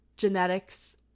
Genetics